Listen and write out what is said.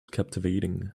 captivating